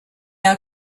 are